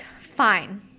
fine